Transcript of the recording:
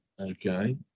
okay